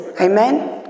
Amen